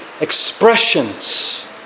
expressions